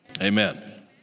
Amen